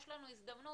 יש לנו הזדמנות,